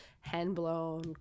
hand-blown